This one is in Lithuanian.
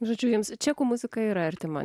žodžiu jiems čekų muzika yra artima